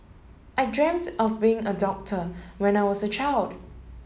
I dreamt of being a doctor when I was a child